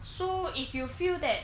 so if you feel that